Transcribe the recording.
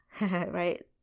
right